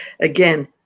Again